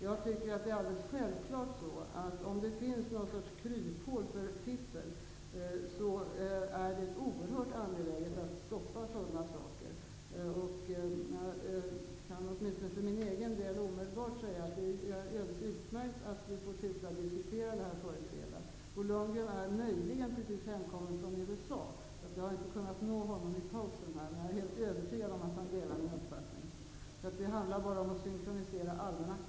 Jag tycker att det är alldeles självklart att om det finns någon sorts kryphål för fiffel, är det oerhört angeläget att stoppa sådana. Jag kan åtminstone för min egen del omedelbart säga att det är alldeles utmärkt att vi får tillfälle att diskutera detta före fredag. Bo Lundgren är möjligen precis hemkommen från USA, och jag har inte kunnat nå honom i pausen. Men jag är helt övertygad om att han delar min uppfattning. Det handlar alltså bara om att synkronisera almanackor.